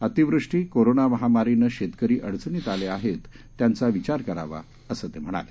अतिवृष्टी कोरोनामहामारीनंशेतकरीअडचणीतआलेआहेत त्यांचाविचारकरावा असंतेम्हणाले